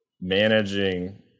managing